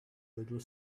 little